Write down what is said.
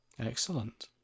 excellent